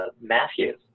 Matthew